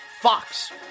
Fox